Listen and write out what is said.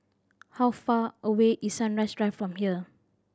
how far away is Sunrise Drive from here